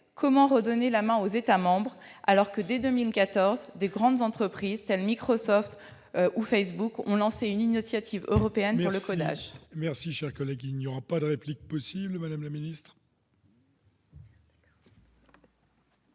Comment redonner la main aux États membres alors que, dès 2014, des grandes entreprises comme Microsoft ou Facebook ont lancé une initiative européenne pour le codage ?